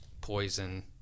Poison